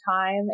time